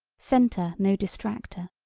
centre no distractor,